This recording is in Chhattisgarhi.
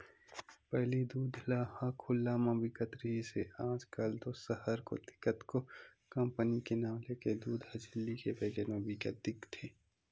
पहिली दूद ह खुल्ला म बिकत रिहिस हे आज कल तो सहर कोती कतको कंपनी के नांव लेके दूद ह झिल्ली के पैकेट म बिकत दिखथे